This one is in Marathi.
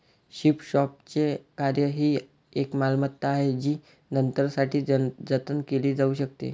थ्रिफ्ट शॉपचे कार्य ही एक मालमत्ता आहे जी नंतरसाठी जतन केली जाऊ शकते